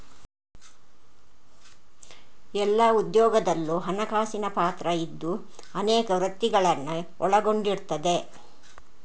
ಎಲ್ಲಾ ಉದ್ಯೋಗದಲ್ಲೂ ಹಣಕಾಸಿನ ಪಾತ್ರ ಇದ್ದು ಅನೇಕ ವೃತ್ತಿಗಳನ್ನ ಒಳಗೊಂಡಿರ್ತದೆ